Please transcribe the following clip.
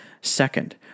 Second